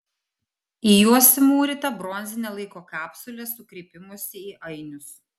į juos įmūryta bronzinė laiko kapsulė su kreipimusi į ainius